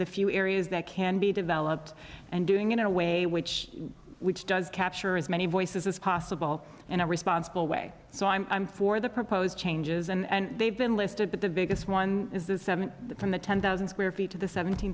the few areas that can be developed and doing it in a way which which does capture as many voices as possible in a responsible way so i'm i'm for the proposed changes and they've been listed but the biggest one is the seven from the ten thousand square feet to the seventeen